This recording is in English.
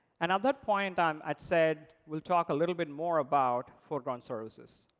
and at that point, um i'd said we'll talk a little bit more about foreground services.